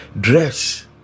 Dress